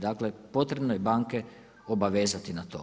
Dakle, potrebno je banke obavezati na to.